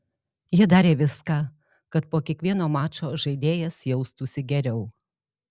jie darė viską kad po kiekvieno mačo žaidėjas jaustųsi geriau